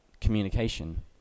communication